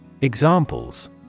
Examples